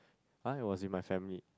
!huh! it was in my family